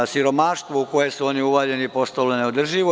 Siromaštvo u koje su oni uvaljeni postalo je neodrživo.